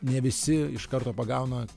ne visi iš karto pagauna